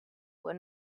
when